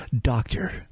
doctor